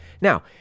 Now